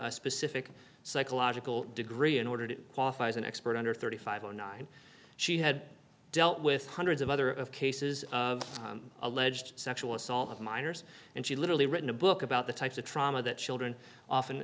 a specific psychological degree in order to qualify as an expert under thirty five or nine she had dealt with hundreds of other cases of alleged sexual assault of minors and she literally written a book about the types of trauma that children often